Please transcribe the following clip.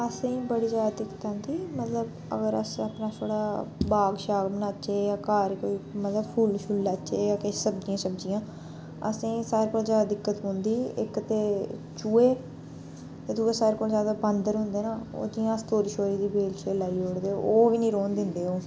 असेंगी बड़ी ज्यादा दिक्कत आंदी मतलब अगर अस अपना छड़ा बाग शाग बनाचै जां घर कोई मतलब फुल्ल शुल्ल लाचै जां किश सब्जियां शब्जियां असेंई सारे कोला ज्यादा दिक्कत पौंदी इक ते चुहे ते दुए सारे कोला ज्यादा बांदर होंदे न ओह् जियां अस तोरी शोरो दी बेल लाई ओड़दे ओह् बी नीं रौह्न दिंदे ओह्